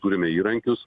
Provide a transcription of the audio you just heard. turime įrankius